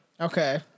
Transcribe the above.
Okay